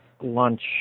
lunch